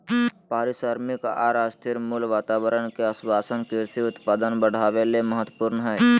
पारिश्रमिक आर स्थिर मूल्य वातावरण के आश्वाशन कृषि उत्पादन बढ़ावे ले महत्वपूर्ण हई